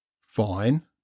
fine